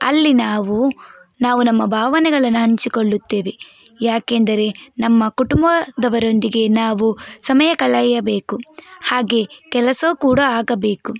ಅಲ್ಲಿ ನಾವು ನಾವು ನಮ್ಮ ಭಾವನೆಗಳನ್ನ ಹಂಚಿಕೊಳ್ಳುತ್ತೇವೆ ಯಾಕೆಂದರೆ ನಮ್ಮ ಕುಟುಂಬದವರೊಂದಿಗೆ ನಾವು ಸಮಯ ಕಳೆಯಬೇಕು ಹಾಗೇ ಕೆಲಸವು ಕೂಡ ಆಗಬೇಕು